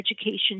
education